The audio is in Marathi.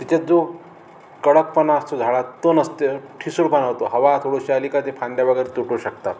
तिच्यात जो कडकपणा असतो झाडात तो नसतो ठिसूळपणा होतो हवा थोडीशी आली काय ते फांद्या वगैरे तुटू शकतात